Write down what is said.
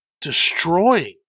destroying